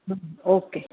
okay